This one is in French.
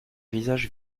visages